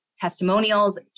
testimonials